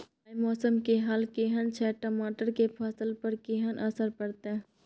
आय मौसम के हाल केहन छै टमाटर के फसल पर केहन असर परतै?